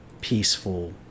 peaceful